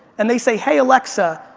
and they say, hey, alexa,